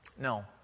No